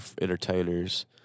entertainers